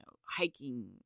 hiking